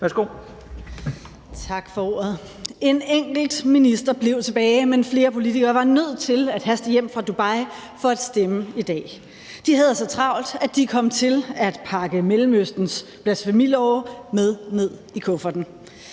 (NB): Tak for ordet. En enkelt minister blev tilbage, men flere politikere var nødt til at haste hjem fra Dubai for at stemme i dag. De havde så travlt, at de kom til at pakke Mellemøstens blasfemilove med ned i kufferten.